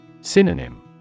Synonym